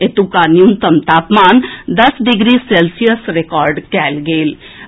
एतुका न्यूनतम तापमान दस डिग्री सेल्सियस रिकॉर्ड कएल गेल अछि